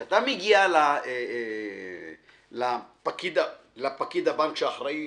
כי כשאתה מגיע לפקיד הבנק האחראי,